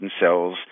cells